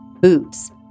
boots